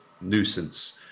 nuisance